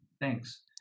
Thanks